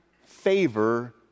favor